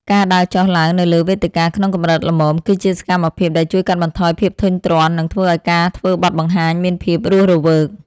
ការដើរចុះឡើងនៅលើវេទិកាក្នុងកម្រិតល្មម គឺជាសកម្មភាពដែលជួយកាត់បន្ថយភាពធុញទ្រាន់ និងធ្វើឱ្យការធ្វើបទបង្ហាញមានភាពរស់រវើក។